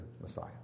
Messiah